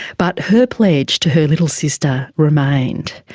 but her pledge to her little sister remained.